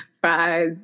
fries